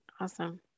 Awesome